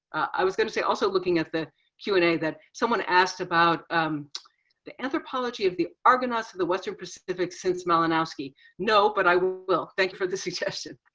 i was going to say also looking at the q and a that someone asked about um the anthropology of the argonauts of the western pacific since melonovski. no, but i will will thank you for the suggestion.